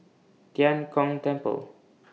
Tian Kong Temple